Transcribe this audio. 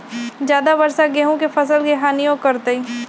ज्यादा वर्षा गेंहू के फसल के हानियों करतै?